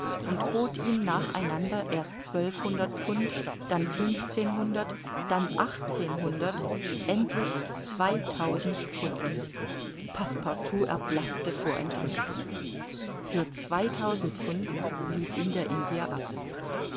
und bot ihm nach einander erst zwölfhundert pfund dann fünfzehnhundert dann achtzehnhundert endlich zweitausend pfund passepartout erblaßte vor entrüstung für zweitausend pfund ließ ihn der indier ab